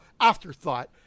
afterthought